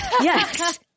Yes